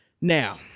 Now